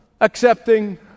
accepting